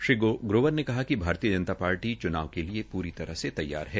श्री ग्रोवार ने कहा कि भारतीय जनता पार्टी च्नाव के लिये पूरी तरह तैयार है